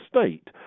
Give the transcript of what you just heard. state